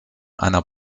einer